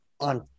on